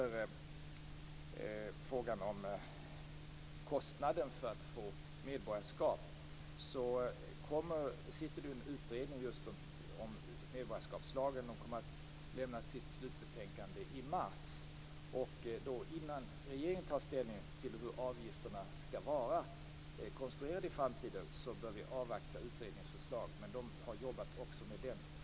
I fråga om kostnaden för att få medborgarskap sitter just nu en utredning som arbetar med medborgarskapslagen. Den kommer att lämna sitt slutbetänkande i mars. Innan regeringen tar ställning till hur avgifterna skall vara konstruerade i framtiden bör vi avvakta utredningens förslag. Utredningen har nämligen arbetat också med denna fråga.